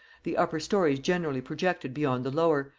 the upper stories generally projected beyond the lower,